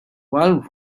while